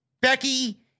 Becky